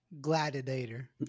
Gladiator